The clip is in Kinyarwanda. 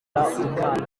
gisirikari